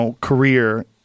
career